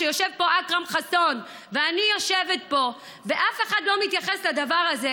כשיושב פה אכרם חסון ואני יושבת פה ואף אחד לא מתייחס לדבר הזה,